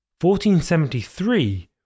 1473